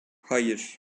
hayır